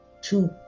two